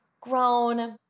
grown